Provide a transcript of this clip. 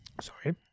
sorry